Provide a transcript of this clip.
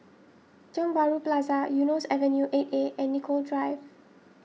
Tiong Bahru Plaza Eunos Avenue eight A and Nicoll Drive